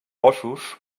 ossos